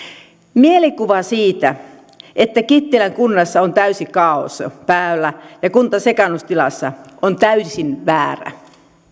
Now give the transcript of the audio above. mielikuva siitä että kittilän kunnassa on täysi kaaos päällä ja kunta sekaannustilassa on täysin väärä